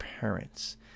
parents